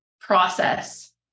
process